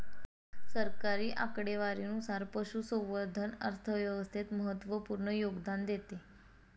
सरकारी आकडेवारीनुसार, पशुसंवर्धन अर्थव्यवस्थेत महत्त्वपूर्ण योगदान देते